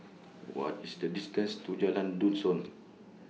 What IS The distance to Jalan Dusun